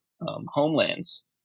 homelands